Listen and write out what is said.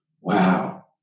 Wow